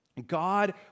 God